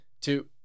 two